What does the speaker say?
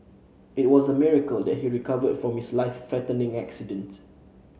it was a miracle that he recovered from his life threatening accident